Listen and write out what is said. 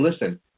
listen